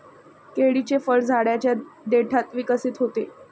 केळीचे फळ झाडाच्या देठात विकसित होते